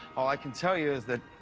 all i can tell you is that